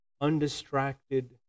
undistracted